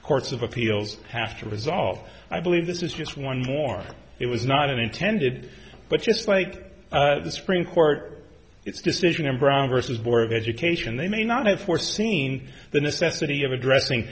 courts of appeals have to resolve i believe this is just one more it was not intended but just like the supreme court its decision in brown versus board of education they may not have foreseen the necessity of addressing